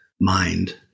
mind